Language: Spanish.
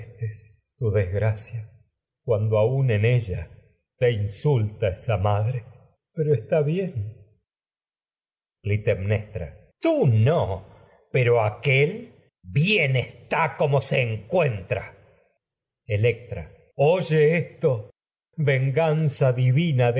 esa desgracia cuando aun ella madre pero está bien no pero clitemnestra tú se aquél bien está como encuentra electra oye esto